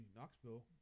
Knoxville